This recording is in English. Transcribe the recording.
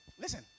Listen